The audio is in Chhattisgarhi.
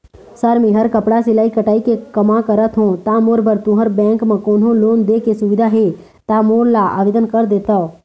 सर मेहर कपड़ा सिलाई कटाई के कमा करत हों ता मोर बर तुंहर बैंक म कोन्हों लोन दे के सुविधा हे ता मोर ला आवेदन कर देतव?